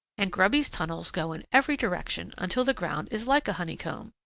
and grubby's tunnels go in every direction until the ground is like honeycomb.